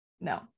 No